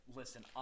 listen